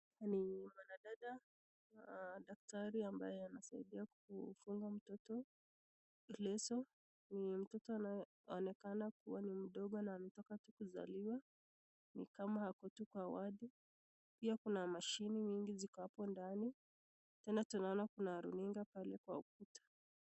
Hawa ni wanadada , daktari ambaye anasaidia kumfunga mtoto leso ni mtoto anayeonekana kuwa ni mdogo na ametoka tu kuzaliwa ni kama ako tu kwa wadi, pia kuna mashini mingi ziko hapo ndani ,tena tunaona kuna runinga pale kwa ukuta.